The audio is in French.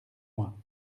moi